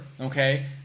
okay